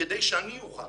כדי שאני אוכל.